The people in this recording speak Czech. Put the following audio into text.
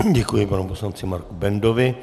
Děkuji panu poslanci Marku Bendovi.